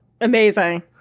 Amazing